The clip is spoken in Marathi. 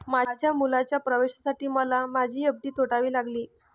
माझ्या मुलाच्या प्रवेशासाठी मला माझी एफ.डी तोडावी लागली